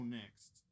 next